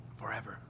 forever